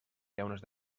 llaunes